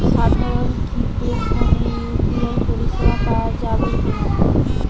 সাধারণ কিপেড ফোনে ইউ.পি.আই পরিসেবা পাওয়া যাবে কিনা?